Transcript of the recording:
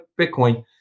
Bitcoin